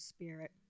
Spirit